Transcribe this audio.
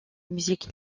musique